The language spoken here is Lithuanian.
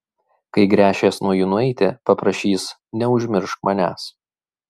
kai gręšies nuo jų nueiti paprašys neužmiršk manęs